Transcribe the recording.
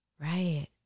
Right